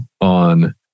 on